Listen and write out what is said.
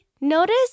notice